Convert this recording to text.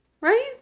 Right